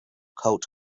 cult